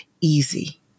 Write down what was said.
easy